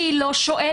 כי היא לא שואלת,